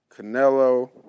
Canelo